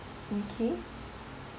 okay